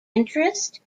interest